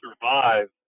survive